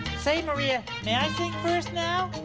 say, maria, may i sing first now?